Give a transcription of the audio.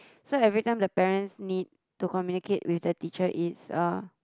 so everytime the parents need to communicate with the teachers is uh